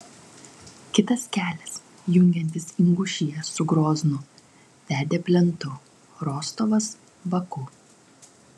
kitas kelias jungiantis ingušiją su groznu vedė plentu rostovas baku